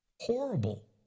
Horrible